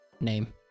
name